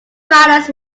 violence